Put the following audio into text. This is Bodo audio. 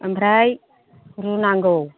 ओमफ्राय रुनांगौ